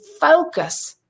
focus